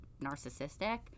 narcissistic